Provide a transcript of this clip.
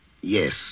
Yes